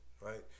right